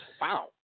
Wow